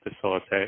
facilitate